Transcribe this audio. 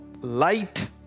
light